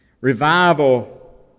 Revival